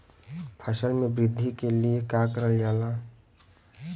फसल मे वृद्धि के लिए का करल जाला?